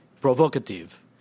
provocative